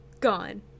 gone